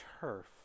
turf